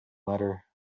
letter